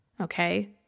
Okay